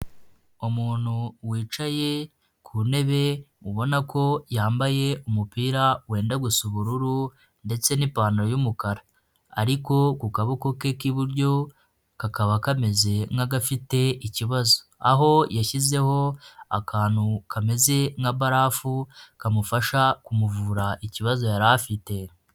Umuntu wicaye ku ntebe ubona ko yambaye umupira wenda gusa ubururu ndetse n'ipantaro y'umukara ariko ku kaboko ke k'iburyo kakaba kameze nk'agafite ikibazo aho yashyizeho akantu kameze nka' barafu kamufasha kumuvura ikibazo yari afite .